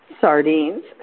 sardines